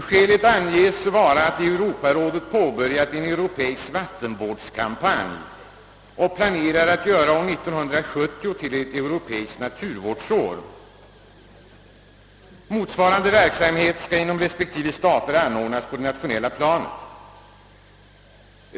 Skälet anges vara, att Europarådet påbörjat en europeisk vattenvårdskampanj och planerar att göra 1970 till ett europeiskt naturvårdsår. Motsvarande verksamhet skall inom respektive stater anordnas på det nationella planet.